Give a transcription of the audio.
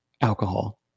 alcohol